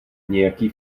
nějaký